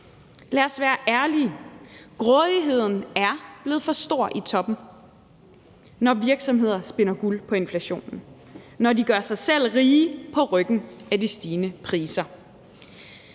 Lad os være ærlige: Grådigheden er blevet for stor i toppen, når virksomheder spinder guld på inflationen, og når de gør sig selv rige på ryggen af de stigende priser.